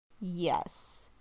Yes